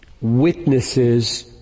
witnesses